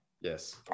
yes